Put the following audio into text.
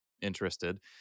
interested